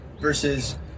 Versus